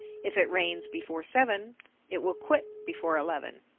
if it rain before seven it will quit before eleven.